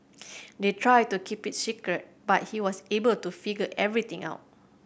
they tried to keep it secret but he was able to figure everything out